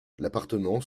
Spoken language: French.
l’appartement